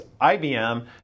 IBM